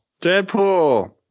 Deadpool